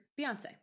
Beyonce